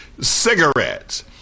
cigarettes